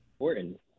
Important